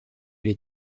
les